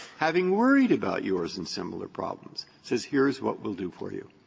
having worried about yours and similar problems, says here's what we'll do for you.